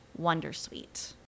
wondersuite